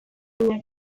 mina